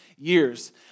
Years